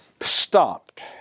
stopped